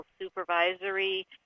supervisory